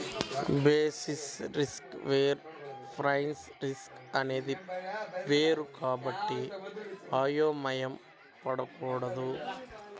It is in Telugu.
బేసిస్ రిస్క్ వేరు ప్రైస్ రిస్క్ అనేది వేరు కాబట్టి అయోమయం పడకూడదు